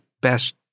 best